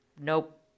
nope